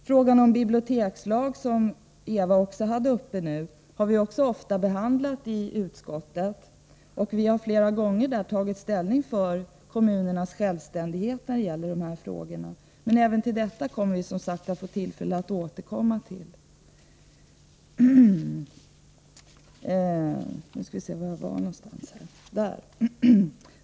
Frågan om bibliotekslagen, som Eva Hjelmström också tog upp, har vi ofta behandlat i utskottet, och där har vi flera gånger tagit ställning för kommunernas självständighet. Men även detta får vi tillfälle att återkomma till.